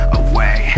away